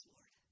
Lord